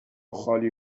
خالی